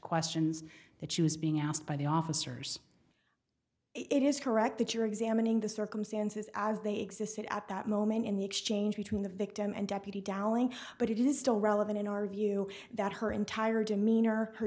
questions that she was being asked by the officers it is correct that you're examining the circumstances as they existed at that moment in the exchange between the victim and deputy dowling but it is still relevant in our view that her entire demeanor her